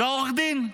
ועורך הדין.